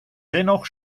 dennoch